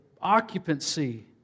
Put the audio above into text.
occupancy